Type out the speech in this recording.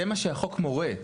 זה מה שהחוק מורה.